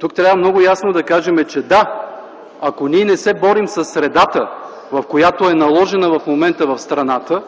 тук трябва много ясно да кажем, че да, ако ние не се борим със средата, която е наложена в момента в страната,